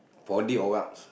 four-D or what